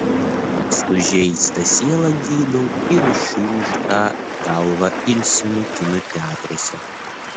sužeistą sielą gydau ir išūžtą galvą ilsinu kino teatruose